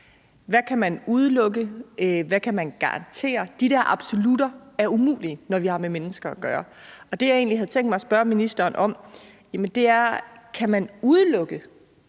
hvad man kan udelukke, og hvad man kan garantere. De der er absolutter er umulige, når vi har med mennesker at gøre. Det, jeg egentlig havde tænkt mig at spørge ministeren om, er, om man kan udelukke,